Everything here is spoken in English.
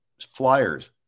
flyers